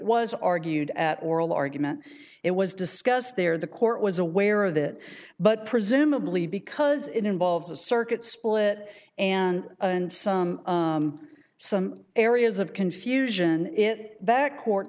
was argued at oral argument it was discussed there the court was aware of that but presumably because it involves a circuit split and and some some areas of confusion it back court